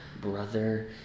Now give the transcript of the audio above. brother